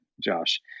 Josh